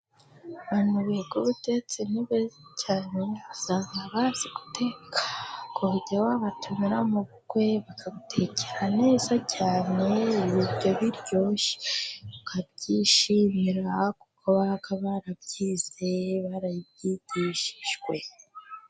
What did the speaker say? Abantu biga ubutetsi ni beza cyane usanga bazi guteka, ku buryo wabatumira mu bukwe bakagutekera neza cyane ibiryo biryoshye, ukabyishimira kuko baba barabyize barabyigishijwe.